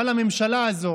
אבל הממשלה הזו